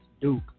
Duke